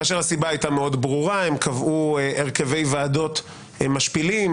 כאשר הסיבה הייתה מאוד ברורה: הם קבעו הרכבי ועדות משפילים,